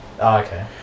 okay